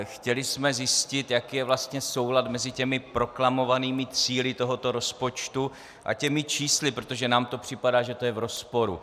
Chtěli jsme zjistit, jaký je vlastně soulad mezi proklamovanými cíli tohoto rozpočtu a těmi čísly, protože nám připadá, že je to v rozporu.